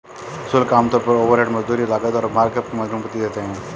शुल्क आमतौर पर ओवरहेड, मजदूरी, लागत और मार्कअप की अनुमति देते हैं